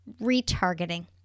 retargeting